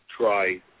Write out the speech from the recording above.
try